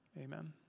Amen